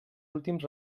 últims